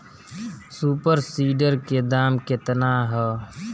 Super seeder के दाम केतना ह?